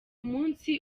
munsi